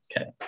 Okay